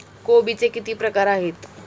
कोबीचे किती प्रकार आहेत?